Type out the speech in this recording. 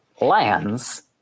lands